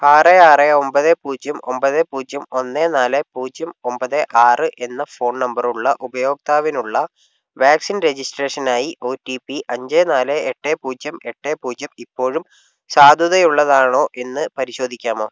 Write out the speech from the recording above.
ആറ് ആറ് ഒമ്പത് പൂജ്യം ഒമ്പത് പൂജ്യം ഒന്ന് നാല് പൂജ്യം ഒമ്പത് ആറ് എന്ന ഫോൺ നമ്പറുള്ള ഉപയോക്താവിനുള്ള വാക്സിൻ രജിസ്ട്രേഷനായി ഒ ടി പി അഞ്ച് നാല് എട്ട് പൂജ്യം എട്ട് പൂജ്യം ഇപ്പോഴും സാധുതയുള്ളതാണോ എന്ന് പരിശോധിക്കാമോ